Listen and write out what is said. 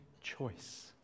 choice